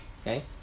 Okay